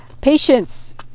Patience